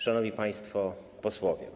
Szanowni Państwo Posłowie!